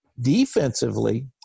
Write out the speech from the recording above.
Defensively